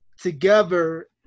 together